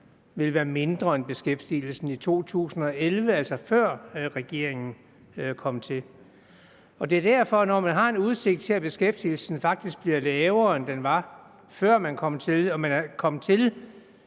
vil være mindre end beskæftigelsen i 2011, altså før regeringen kom til. Når man har udsigt til, at beskæftigelsen faktisk bliver lavere, end den var, før man kom til, og når man kom til